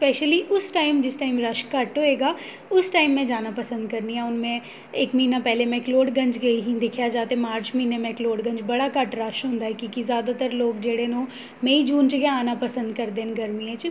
specially उ'स time जिस time rush घट्ट होए गा उ'स्स टाईम में जाना पसंद करनी आं हून में इक म्हीना पैह्ले मैकलोटगंज गेई ही दिक्खेआ जा ते मार्च म्हीने मैकलोटगंज बड़ा घट्ट रश होंदा ऐ की के ज़्यादातर लोक जेह्ड़े न ओह् मई जून गै आना पसंद करदे न गर्मियें च